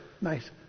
Nice